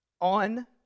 On